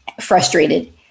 frustrated